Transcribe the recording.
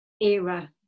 era